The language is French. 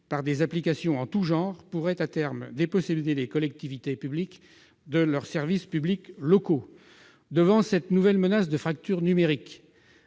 par des applications en tous genres -pourrait, à terme, déposséder les collectivités de leurs services publics locaux. Devant cette nouvelle menace de fracture numérique,